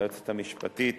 ליועצת המשפטית